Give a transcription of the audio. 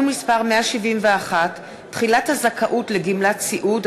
מס' 171) (תחילת הזכאות לגמלת סיעוד),